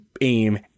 aim